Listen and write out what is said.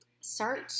search